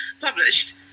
published